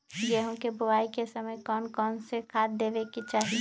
गेंहू के बोआई के समय कौन कौन से खाद देवे के चाही?